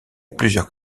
plusieurs